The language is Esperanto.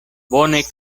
bone